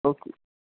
okay